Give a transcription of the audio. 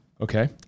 okay